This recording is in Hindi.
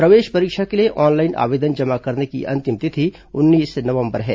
प्रवेश परीक्षा के लिए ऑनलाइन आवेदन जमा करने की अंतिम तिथि उन्नीस नवंबर है